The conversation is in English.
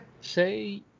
Say